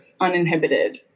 uninhibited